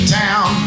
town